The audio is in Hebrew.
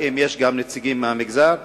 ואם יש נציגים מהמגזר.